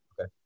Okay